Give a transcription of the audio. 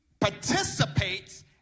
participates